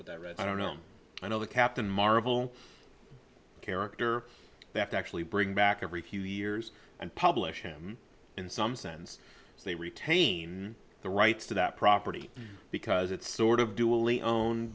what i read i don't know i know the captain marvel character they have to actually bring back every few years and publish him in some sense so they retain the rights to that property because it's sort of d